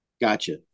Gotcha